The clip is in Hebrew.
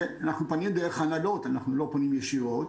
אנחנו פנינו דרך ההנהלות, אנחנו לא פונים ישירות.